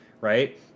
right